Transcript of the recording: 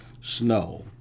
snow